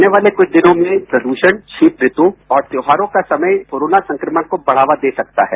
आने वाले कुछ दिनों में प्रदूषण शीत ऋतु और त्यौहारों का समय कोरोना संक्रमण को बढ़ावा दे सकता है